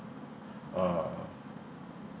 uh